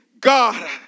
God